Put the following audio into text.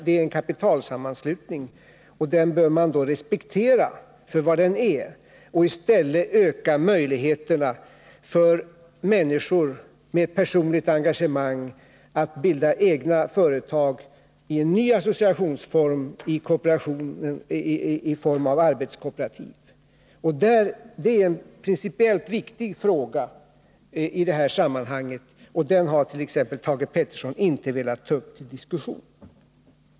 Det är en kapitalsammanslutning, och den bör man respektera för vad den är och i stället öka möjligheterna för människor med ett personligt engagemang att bilda egna företag i en ny associationsform, nämligen arbetskooperativets. Det är en principiellt viktig fråga i det här sammanhanget, och den har t.ex. Thage Peterson inte velat ta upp till diskussion.